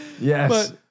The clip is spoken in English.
yes